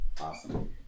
Awesome